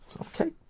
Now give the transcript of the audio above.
Okay